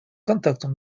контактам